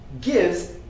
gives